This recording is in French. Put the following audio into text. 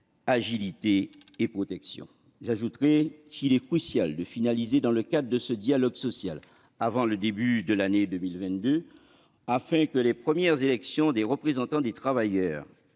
agilité et protection. J'ajouterai qu'il est crucial de finaliser le cadre de ce dialogue social avant le début de l'année 2022, afin que les premières élections des représentants des travailleurs